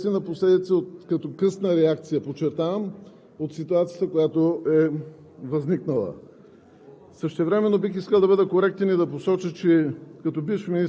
Тук няма абсолютно никаква превенция. Това е естествена последица като късна реакция, подчертавам, от ситуацията, която е възникнала.